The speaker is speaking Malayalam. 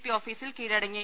പി ഓഫീസിൽ കീഴടങ്ങി